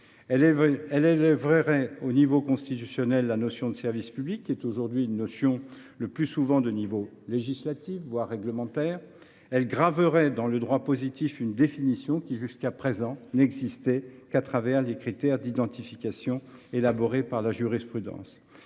elle élèverait au rang constitutionnel la notion de service public, qui est aujourd’hui une notion le plus souvent de niveau législatif, voire réglementaire. D’autre part, elle graverait dans le droit positif une définition qui, jusqu’à présent, n’existait qu’au travers de critères d’identification élaborés par la jurisprudence.